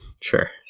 Sure